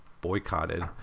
boycotted